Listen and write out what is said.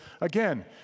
again